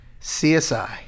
CSI